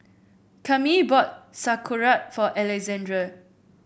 Cammie bought Sauerkraut for Alexandre